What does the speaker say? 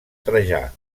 trajà